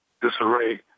disarray